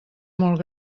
molt